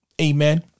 amen